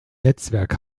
netzwerk